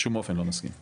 בשום אופן לא נסכים.